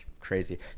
crazy